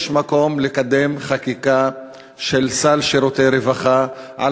יש מקום לקדם חקיקה של סל שירותי רווחה על